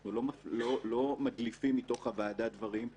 אנחנו לא מדליפים מתוך הוועדה דברים,